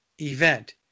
event